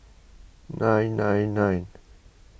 nine nine nine